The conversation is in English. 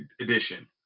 edition